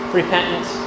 repentance